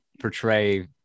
portray